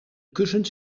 kussens